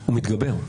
הוא מתגבר.